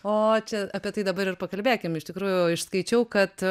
o čia apie tai dabar ir pakalbėkim iš tikrųjų išskaičiau kad